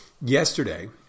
Yesterday